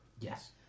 Yes